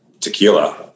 tequila